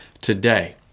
today